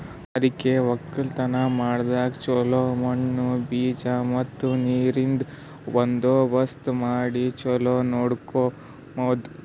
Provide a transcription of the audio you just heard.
ಅದುಕೆ ಒಕ್ಕಲತನ ಮಾಡಾಗ್ ಚೊಲೋ ಮಣ್ಣು, ಬೀಜ ಮತ್ತ ನೀರಿಂದ್ ಬಂದೋಬಸ್ತ್ ಮಾಡಿ ಚೊಲೋ ನೋಡ್ಕೋಮದ್